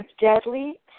deadly